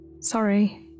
Sorry